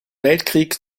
weltkrieg